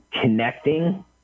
connecting